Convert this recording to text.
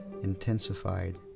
intensified